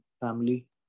family